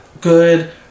good